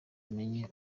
amenye